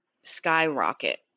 skyrocket